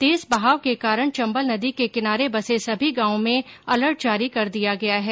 तेज बहाव के कारण चम्बल नदी के किनारे बसे सभी गांव में अलर्ट जारी कर दिया गया है